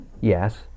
Yes